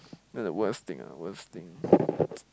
then the worst thing ah worst thing